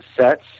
sets